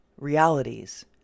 realities